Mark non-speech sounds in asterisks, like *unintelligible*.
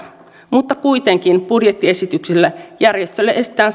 mutta kuitenkin budjettiesityksessä järjestöille esitetään *unintelligible*